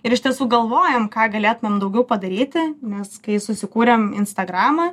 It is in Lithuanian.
ir iš tiesų galvojam ką galėtumėm daugiau padaryti nes kai susikūrėm instagramą